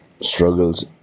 struggles